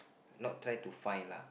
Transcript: not try to find lah